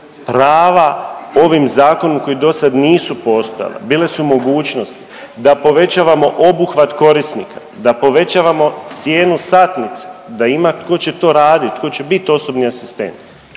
prava ovim zakonima koji dosad nisu postojala. Bile su mogućnosti da povećavamo obuhvat korisnika, da povećavamo cijenu satnice da ima tko će to radit, tko će bit osobni asistent